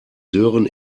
sören